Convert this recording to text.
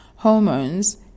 hormones